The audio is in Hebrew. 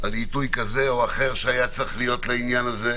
כזה או אחר שהיה צריך להיות לעניין כזה,